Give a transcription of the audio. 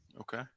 Okay